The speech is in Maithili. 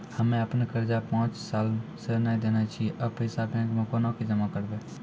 हम्मे आपन कर्जा पांच साल से न देने छी अब पैसा बैंक मे कोना के जमा करबै?